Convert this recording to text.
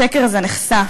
השקר הזה נחשף,